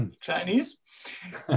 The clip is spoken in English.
Chinese